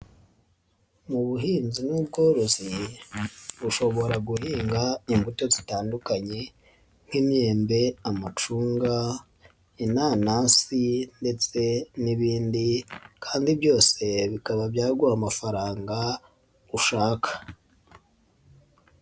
Mu buhinzi n'ubworozi ushobora guhinga imbuto zitandukanye nk'imyembe, amacunga, inanasi ndetse n'ibindi kandi byose bikaba byaguha amafaranga ushaka.